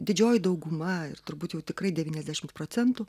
didžioji dauguma ir turbūt jau tikrai devyniasdešimt procentų